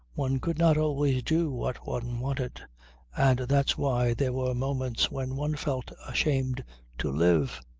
one could not always do what one wanted and that's why there were moments when one felt ashamed to live.